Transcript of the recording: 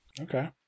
Okay